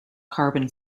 carbon